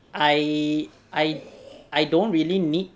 I I I don't really need